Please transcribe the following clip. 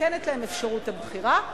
ניתנת להם אפשרות הבחירה,